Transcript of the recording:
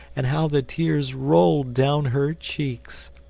and how the tears rolled down her cheeks!